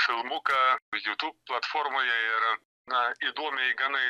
filmuką jutūb platformoje ir na įdomiai gana